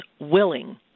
willing